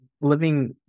Living